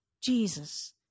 Jesus